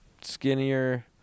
Skinnier